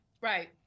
Right